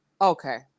okay